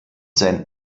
sein